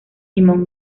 simon